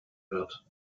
wird